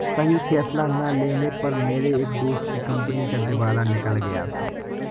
सही फैसला ना लेने पर मेरे एक दोस्त की कंपनी का दिवाला निकल गया था